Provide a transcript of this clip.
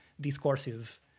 discursive